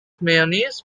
mayonnaise